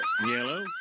Yellow